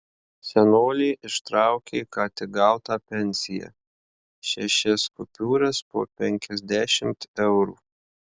senolė ištraukė ką tik gautą pensiją šešias kupiūras po penkiasdešimt eurų